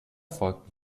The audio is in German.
folgten